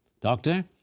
Doctor